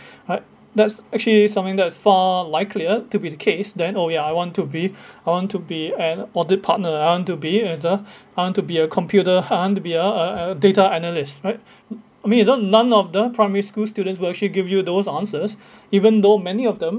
right that's actually something that's far likelier to be the case then oh ya I want to be I want to be an audit partner I want to be with the I want to be a computer I want to be a a a data analyst right I mean is uh none of the primary school students will actually give you those answers even though many of them